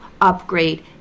upgrade